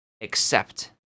accept